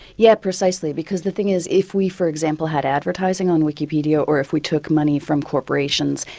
yeah precisely. because the thing is if we, for example, had advertising on wikipedia or if we took money from corporations,